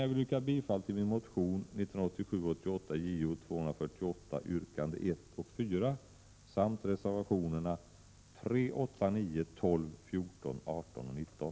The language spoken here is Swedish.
Jag vill yrka bifall till min motion 1987/88:Jo248 yrkandena 1 och 4 samt reservationerna 3, 8, 9, 12, 14, 18 och 19.